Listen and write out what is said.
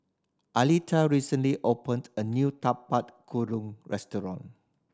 Aleta recently opened a new Tapak Kuda restaurant